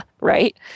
right